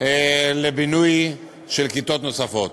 לבינוי של כיתות נוספות.